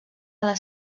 les